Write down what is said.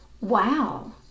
Wow